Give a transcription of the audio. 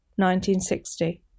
1960